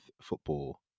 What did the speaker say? football